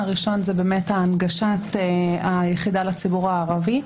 הראשון זה הנגשת היחידה לציבורי הערבי.